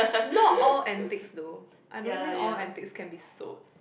not all antics though I don't think all antics can be sold